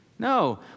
No